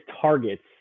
targets